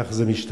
כך זה משתמע,